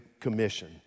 commission